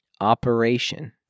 operation